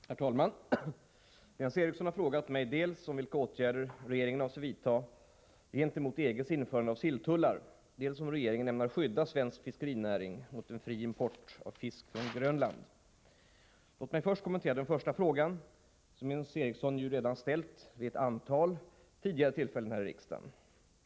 Herr talman! Jens Eriksson har frågat mig dels om vilka åtgärder regeringen avser vidta gentemot EG:s införande av silltullar, dels om regeringen ämnar skydda svensk fiskerinäring mot en fri import av fisk från Grönland. Låt mig börja med att kommentera den första frågan, som Jens Eriksson ju redan ställt vid ett antal tidigare tillfällen här i riksdagen.